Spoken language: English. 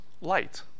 light